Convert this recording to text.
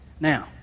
Now